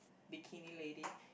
bikini lady